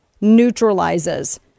neutralizes